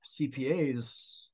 CPAs